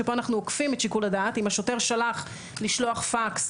שבו אנחנו עוקפים את שיקול הדעת אם השוטר שכח לשלוח פקס,